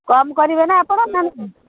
କମ୍ କରିବେ ନା ଆପଣ ନହେଲେ କ'ଣ